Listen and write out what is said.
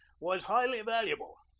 was highly valuable.